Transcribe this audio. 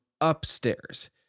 upstairs